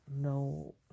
no